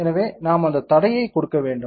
எனவே நாம் அந்த தடையை கொடுக்க வேண்டும்